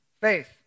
Faith